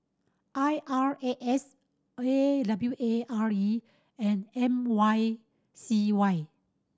I R A S A W A R E and M Y C Y